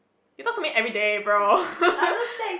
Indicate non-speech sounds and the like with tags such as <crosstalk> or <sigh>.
you talk to me everyday bro <laughs>